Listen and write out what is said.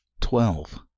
twelve